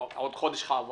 כי חודש כבר עבר.